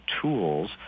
tools